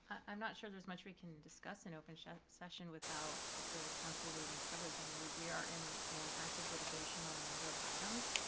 i'm not sure there's much we can discuss in open session without the council waiving privilege. i mean we we are in in active litigation on a number of items.